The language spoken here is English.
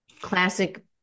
classic